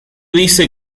dice